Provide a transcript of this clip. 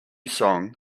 song